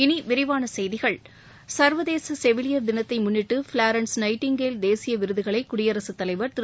இனி விரிவான செய்திகள் ச்வதேச செவிலியா் தினத்தை முன்னிட்டு ஃபிளாரன்ஸ் நைட்டிங்கேல் தேசிய விருதுகளை குடியரசுத் தலைவர் திரு